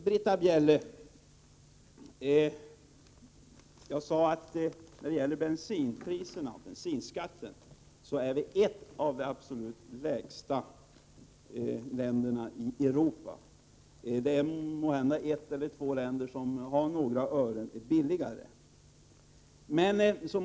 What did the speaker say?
Britta Bjelle, jag sade att Sverige är ett av de länder som har de absolut lägsta bensinpriserna i Europa. Det är måhända ett land eller två som har några ören billigare bensin.